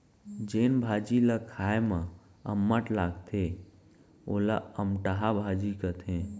जेन भाजी ल खाए म अम्मठ लागथे वोला अमटहा भाजी कथें